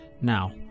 Now